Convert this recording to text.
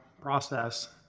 process